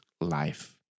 life